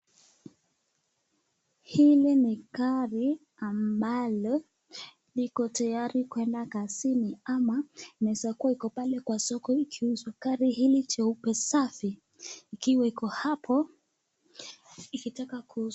Hili ni gari ambalo liko tayari kuenda kazini ama inaeza kuwa iko pale kwa soko ikiuzwa. Gari hili jeupe ni safi ikiwa hapo ikitaka kuuzwa.